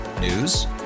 News